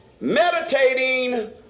meditating